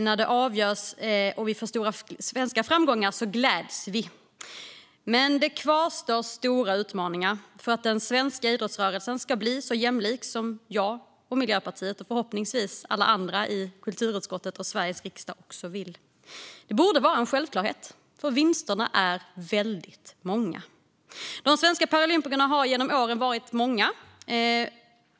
När det avgörs och vi får stora svenska framgångar gläds vi. Men det kvarstår stora utmaningar för att den svenska idrottsrörelsen ska bli så jämlik som jag, Miljöpartiet och förhoppningsvis alla andra i kulturutskottet och Sveriges riksdag vill. Det borde vara en självklarhet, för vinsterna är väldigt många. De svenska paralympikerna har genom åren varit många.